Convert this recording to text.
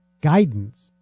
guidance